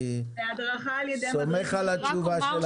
אני סומך על התשובה שלכם.